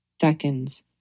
seconds